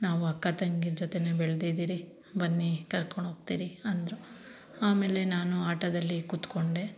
ನಾವು ಅಕ್ಕ ತಂಗೀರ ಜೊತೆಯೇ ಬೆಳ್ದಿದ್ದೀವಿ ಬನ್ನಿ ಕರ್ಕೊಂಡು ಹೋಗ್ತೀವಿ ಅಂದರು ಆಮೇಲೆ ನಾನು ಆಟೋದಲ್ಲಿ ಕುತ್ಕೊಂಡೆ